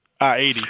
I-80